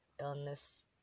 illness